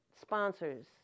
sponsors